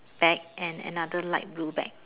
bag and another light blue bag